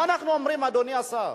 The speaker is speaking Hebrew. מה אנחנו אומרים, אדוני השר?